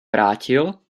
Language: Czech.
vrátil